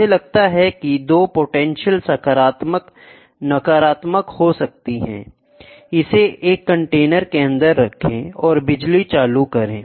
मुझे लगता है कि 2 पोटेंशियल सकारात्मक नकारात्मक हो सकती हैं इसे एक कंटेनर के अंदर रखें और बिजली चालू करें